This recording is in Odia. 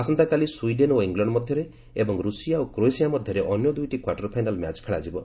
ଆସନ୍ତାକାଲି ସ୍ପିଡେନ୍ ଓ ଇଂଲଣ୍ଡ ମଧ୍ୟରେ ଏବଂ ରୁଷିଆ ଓ କ୍ରୋଏସିଆ ମଧ୍ୟରେ ଅନ୍ୟ ଦୁଇଟି କ୍ୱାର୍ଟର ଫାଇନାଲ୍ ମ୍ୟାଚ୍ ଖେଳାଯିବ